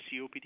COPD